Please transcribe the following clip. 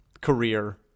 career